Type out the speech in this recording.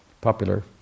popular